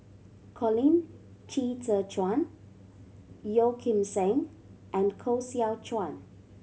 Colin Qi Zhe Quan Yeo Kim Seng and Koh Seow Chuan